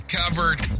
covered